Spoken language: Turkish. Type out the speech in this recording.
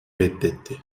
reddetti